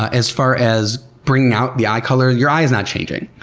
ah as far as bringing out the eye color, your eye is not changing,